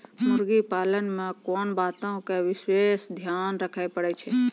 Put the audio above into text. मुर्गी पालन मे कोंन बातो के विशेष ध्यान रखे पड़ै छै?